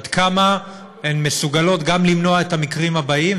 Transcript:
עד כמה הן מסוגלות למנוע את המקרים הבאים